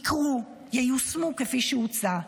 יקרו, ייושמו כפי שהוצע.